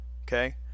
Okay